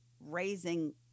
raising